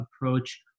approach